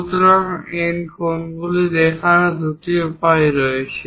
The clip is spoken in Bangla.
সুতরাং এই কোণগুলি দেখানোর দুটি উপায় রয়েছে